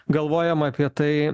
galvojama apie tai